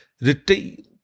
Retain